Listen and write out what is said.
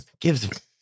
gives